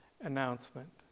announcement